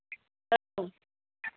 औ